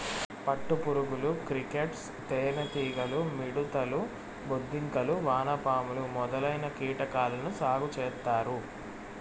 పట్టు పురుగులు, క్రికేట్స్, తేనె టీగలు, మిడుతలు, బొద్దింకలు, వానపాములు మొదలైన కీటకాలను సాగు చేత్తారు